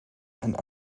and